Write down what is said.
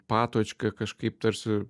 patočka kažkaip tarsi